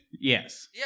Yes